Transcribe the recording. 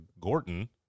Gordon